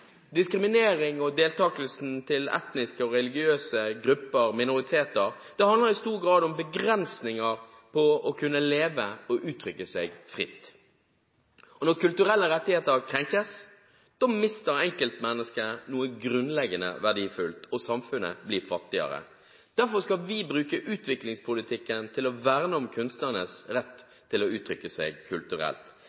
etniske og religiøse grupper og minoriteter – det handler i stor grad om begrensninger på å kunne leve og uttrykke seg fritt. Når kulturelle rettigheter krenkes, mister enkeltmennesket noe grunnleggende verdifullt – og samfunnet blir fattigere. Derfor skal vi bruke utviklingspolitikken til å verne om kunstnernes rett